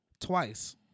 twice